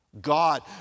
God